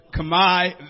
Kamai